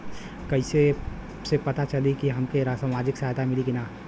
कइसे से पता चली की हमके सामाजिक सहायता मिली की ना?